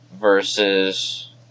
versus